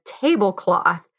tablecloth